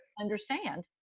understand